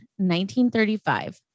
1935